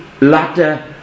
latter